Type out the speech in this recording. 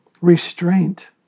restraint